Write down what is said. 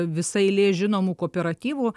visa eilė žinomų kooperatyvų